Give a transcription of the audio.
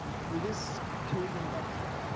for this killian lecture,